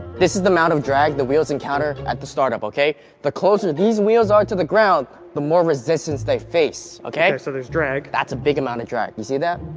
this is the amount of drag the wheels encounter at the startup okay the closer these wheels are to the ground the more resistance they face okay so there's drag that's a big amount of drag. you see that?